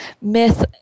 myth